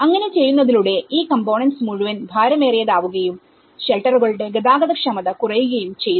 അങ്ങനെ ചെയ്യുന്നതിലൂടെ ഈ കമ്പോണെന്റ്സ് മുഴുവൻ ഭാരമേറിയതവുകയുംഷെൽട്ടറുകളുടെ ഗതാഗതക്ഷമത കുറയുകയും ചെയ്യുന്നു